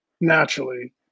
naturally